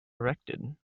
erected